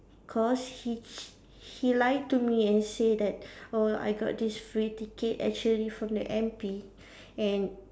cause he he lied to me and said that oh I got this free ticket actually from the M_P and